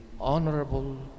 honorable